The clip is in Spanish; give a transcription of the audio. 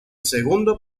segundo